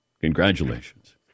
Congratulations